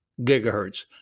gigahertz